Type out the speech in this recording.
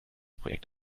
projekt